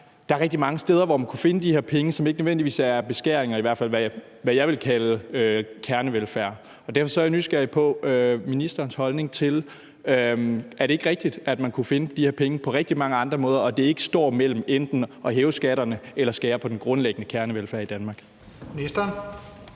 Der er rigtig mange steder, hvor man kunne finde de her penge, og hvor det ikke nødvendigvis er beskæringer i det, jeg i hvert fald vil kalde kernevelfærd. Derfor er jeg nysgerrig på ministerens holdning til det her: Er det ikke rigtigt, at man kunne finde de her penge på rigtig mange andre måder, og at det ikke står mellem enten at hæve skatterne eller skære i den grundlæggende kernevelfærd i Danmark? Kl.